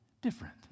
different